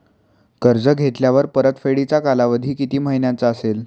कर्ज घेतल्यावर परतफेडीचा कालावधी किती महिन्यांचा असेल?